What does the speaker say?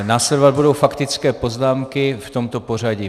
Následovat budou faktické poznámky v tomto pořadí.